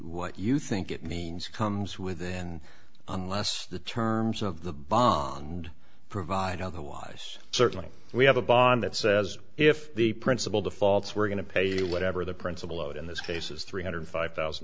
what you think it means comes with and unless the terms of the bond provide otherwise certainly we have a bond that says if the principal defaults we're going to pay whatever the principal owed in this case is three hundred five thousand